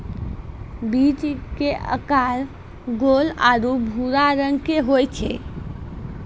बीज के आकार गोल आरो भूरा रंग के होय छै